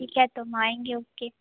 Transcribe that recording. ठीक है तो हम आएंगे ओके